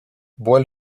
bois